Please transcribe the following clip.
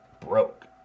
broke